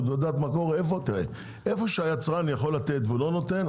איפה שהיצרן יכול לתת והוא לא נותן,